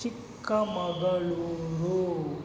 Chikkamagaluru